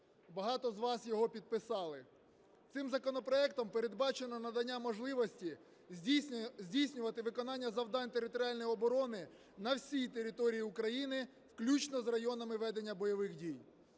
Багато з вас його підписали. Цим законопроектом передбачено надання можливості здійснювати виконання завдань територіальної оборони на всій території України, включно з районами ведення бойових дій,